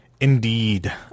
Indeed